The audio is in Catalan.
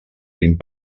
vint